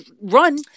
run